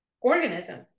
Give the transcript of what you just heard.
organism